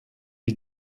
die